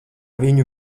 viņu